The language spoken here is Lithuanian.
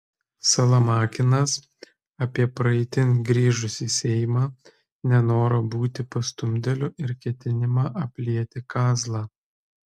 salamakinas apie praeitin grįžusį seimą nenorą būti pastumdėliu ir ketinimą aplieti kazlą